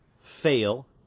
fail